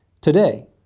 Today